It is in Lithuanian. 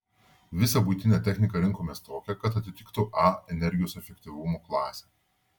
visą buitinę techniką rinkomės tokią kad atitiktų a energijos efektyvumo klasę